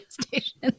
station